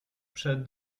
przed